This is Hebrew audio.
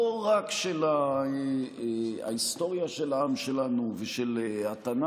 לא רק של ההיסטוריה של העם שלנו ושל התנ"ך,